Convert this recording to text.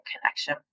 connection